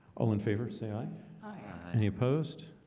all in favor. say aye any opposed.